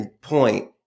point